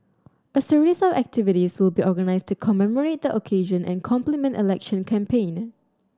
a series of activities will be organised to commemorate the occasion and complement election campaign